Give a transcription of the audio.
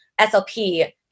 SLP